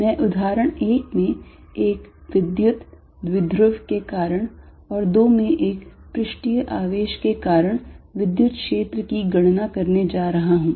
मैं उदाहरण 1 में एक विद्युत द्विध्रुव के कारण और 2 में एक प्रष्ठीय आवेश के कारण विद्युत क्षेत्र की गणना करने जा रहा हूं